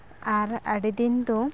ᱟᱨ ᱟᱹᱰᱤ ᱫᱤᱱ ᱫᱚ